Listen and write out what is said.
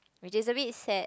which is a bit sad